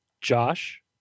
Josh